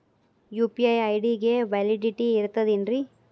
UPI ID ಗೆ validity ಇರತದ ಏನ್ರಿ?